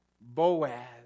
Boaz